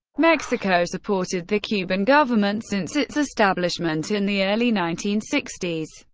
mexico supported the cuban government since its establishment in the early nineteen sixty s,